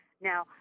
Now